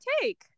take